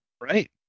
Right